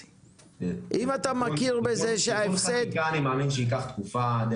תיקון חקיקה, אני מאמין שייקח תקופה.